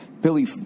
billy